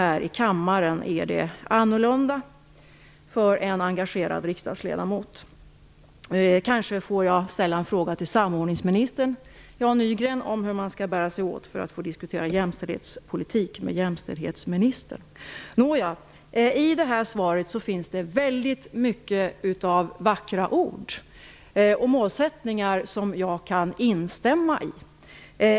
Det är annorlunda här i kammaren för en engagerad riksdagsledamot. Jag får kanske ställa en fråga till samordningsminister Jan Nygren om hur man skall bära sig åt för att få diskutera jämställdhetspolitik med jämställdhetsministern. I svaret finns det väldigt många vackra ord och målsättningar som jag kan instämma i.